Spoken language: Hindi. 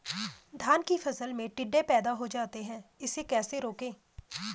धान की फसल में टिड्डे पैदा हो जाते हैं इसे कैसे रोकें?